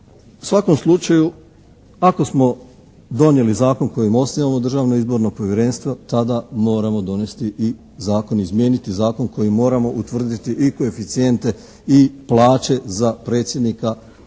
svakom slučaju ako smo donijeli zakon kojim osnivamo Državno izborno povjerenstvo tada moramo donesti i zakon, izmijeniti zakon kojim moramo utvrditi i koeficijente i plaće za predsjednika